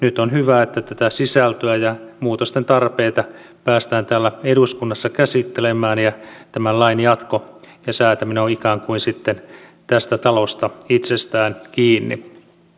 nyt on hyvä että tätä sisältöä ja muutosten tarpeita päästään täällä eduskunnassa käsittelemään ja tämän lain jatko ja säätäminen on ikään kuin sitten tästä talosta itsestään kiinni